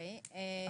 הצבעה בעד 1